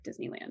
Disneyland